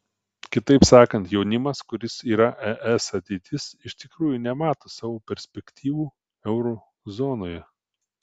kitaip sakant jaunimas kuris yra es ateitis iš tikrųjų nemato savo perspektyvų euro zonoje